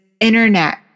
internet